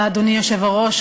אדוני היושב-ראש,